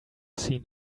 seen